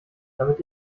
damit